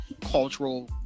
cultural